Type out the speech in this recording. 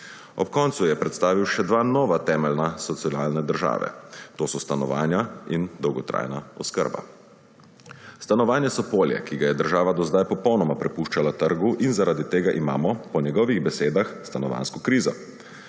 Ob koncu je predstavil še dva nova temelja socialne države – to so stanovanja in dolgotrajna oskrba. Stanovanja so polje, ki ga je država do sedaj popolnoma prepuščala trgu, in zaradi tega imamo po njegovih besedah stanovanjsko krizo.